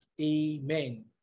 amen